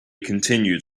continued